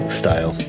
style